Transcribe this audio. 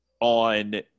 on